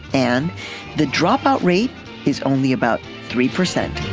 and the dropout rate is only about three percent